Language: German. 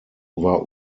war